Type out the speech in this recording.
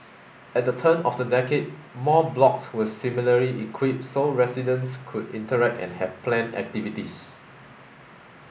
at the turn of the decade more blocks were similarly equipped so residents could interact and have planned activities